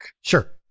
Sure